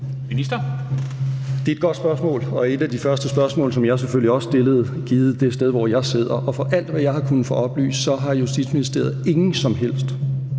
Det er et godt spørgsmål og et af de første spørgsmål, som jeg selvfølgelig også stillede – givet det sted, hvor jeg sidder. Og i forhold til alt, hvad jeg har kunnet få oplyst, har Justitsministeriet og